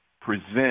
present